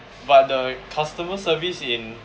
but the customer service in